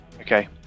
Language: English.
Okay